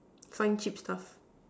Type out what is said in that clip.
can't keep stuff